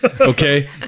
Okay